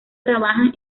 trabajan